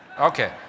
Okay